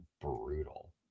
brutal